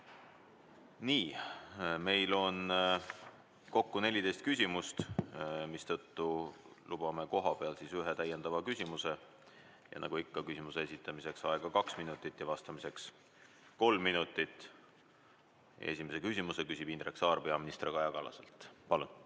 siin. Meil on kokku 14 küsimust, mistõttu lubame kohapealt ühe täiendava küsimuse. Nagu ikka, küsimuse esitamiseks on aega kaks minutit ja vastamiseks kolm minutit. Esimese küsimuse küsib Indrek Saar peaminister Kaja Kallaselt. Palun!